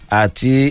ati